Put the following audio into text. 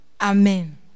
Amen